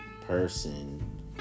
person